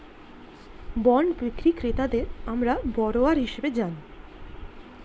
bond বিক্রি ক্রেতাদের আমরা বরোয়ার হিসেবে জানি